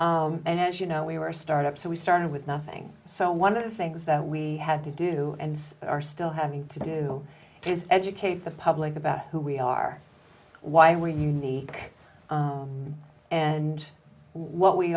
as you know we were a start up so we started with nothing so one of the things that we had to do and are still having to do is educate the public about who we are why we're unique and what we